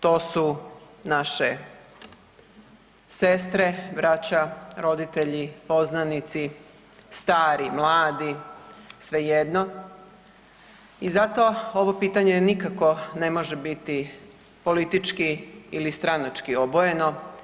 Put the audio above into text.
To su naše sestre, braća, roditelji, poznanici, stari, mladi svejedno i zato ovo pitanje nikako ne može biti politički ili stranački obojeno.